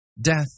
Death